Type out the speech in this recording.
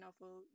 novel